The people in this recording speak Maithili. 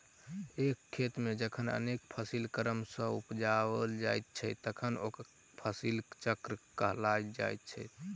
एक खेत मे जखन अनेक फसिल क्रम सॅ उपजाओल जाइत छै तखन ओकरा फसिल चक्र कहल जाइत छै